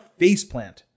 faceplant